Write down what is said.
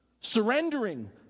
surrendering